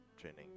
training